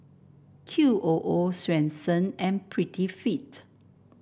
Q O O Swensen and Prettyfit